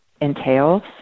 entails